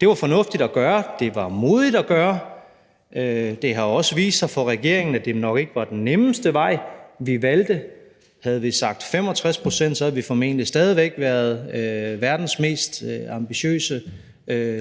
Det var fornuftigt at gøre, det var modigt at gøre; det har også vist sig for regeringen, at det nok ikke var den nemmeste vej, vi valgte, for havde vi sagt 65 pct., havde vi formentlig stadig væk været verdens mest ambitiøse